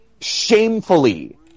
shamefully